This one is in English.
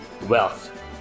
Wealth